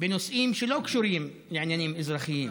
בנושאים שלא קשורים לעניינים אזרחיים,